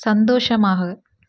சந்தோஷமாக